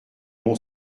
mon